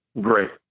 Great